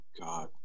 god